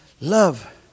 love